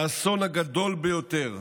האסון הגדול ביותר,